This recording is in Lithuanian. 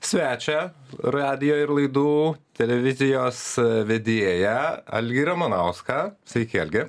svečią radijo ir laidų televizijos vedėją algį ramanauską sveiki algi